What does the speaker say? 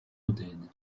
людини